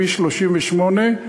לכביש 38,